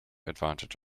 advantage